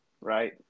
right